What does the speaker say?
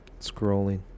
scrolling